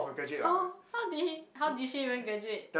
how how did he how did she even graduate